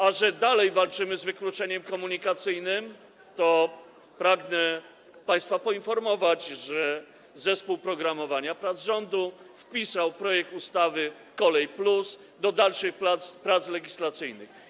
A że dalej walczymy z wykluczeniem komunikacyjnym, to pragnę państwa poinformować, że zespół programowania prac rządu wpisał projekt ustawy kolej+ do dalszych prac legislacyjnych.